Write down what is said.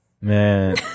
Man